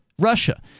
Russia